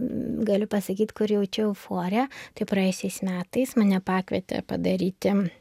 galiu pasakyt kur jaučiu euforiją tai praėjusiais metais mane pakvietė padaryti